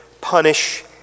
punish